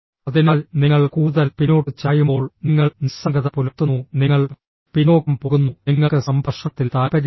അതിനാൽ നിങ്ങൾ കൂടുതൽ പിന്നോട്ട് ചായുമ്പോൾ നിങ്ങൾ നിസ്സംഗത പുലർത്തുന്നു നിങ്ങൾ പിന്നോക്കം പോകുന്നു നിങ്ങൾക്ക് സംഭാഷണത്തിൽ താൽപ്പര്യമില്ല